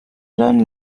jeune